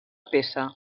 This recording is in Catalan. peça